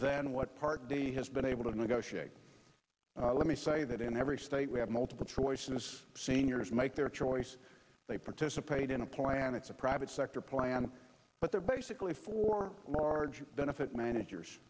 than what part d has been able to negotiate let me say that in every state we have multiple choices seniors make their choice they participate in a plan it's a private sector plan but they're basically for large benefit managers